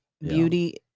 beauty